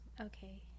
Okay